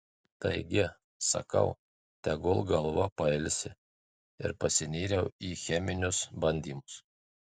taigi sakau tegul galva pailsi ir pasinėriau į cheminius bandymus